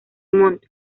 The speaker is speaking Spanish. montt